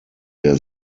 der